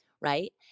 right